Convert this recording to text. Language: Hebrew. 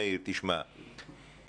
מאיר תשמע,